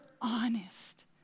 honest